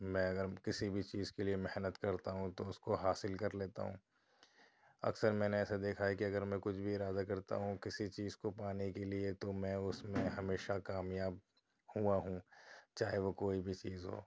میں اگر کسی بھی چیز کے لیے محنت کرتا ہوں تو اُس کو حاصل کر لیتا ہوں اکثر میں نے ایسا دیکھا ہے کہ اگر میں کچھ بھی ارادہ کرتا ہوں کسی چیز کو پانے کے لیے تو میں اُس میں ہمیشہ کامیاب ہُوا ہوں چاہے وہ کوئی بھی چیز ہو